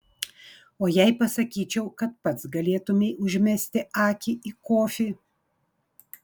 o jei pasakyčiau kad pats galėtumei užmesti akį į kofį